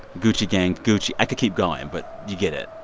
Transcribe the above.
gucci gang, gucci i could keep going, but you get it